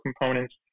components